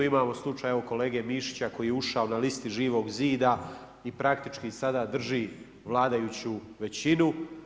Imamo slučaj, evo kolege Mišića, koji je ušao na listi Živog zida i praktički sada drži vladajuću većinu.